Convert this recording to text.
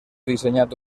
dissenyat